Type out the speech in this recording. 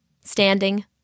standing